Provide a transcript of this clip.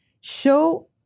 Show